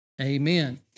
amen